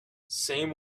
same